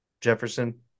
Jefferson